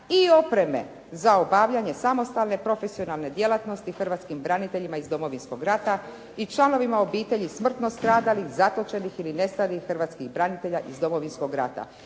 i opreme za obavljanje samostalne profesionalne djelatnosti hrvatskim braniteljima iz Domovinskog rata i članovima obitelji smrtno stradalih, zatočenih ili nestalih hrvatskih branitelja iz Domovinskog rata